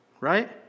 right